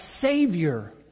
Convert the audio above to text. Savior